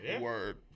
word